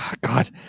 God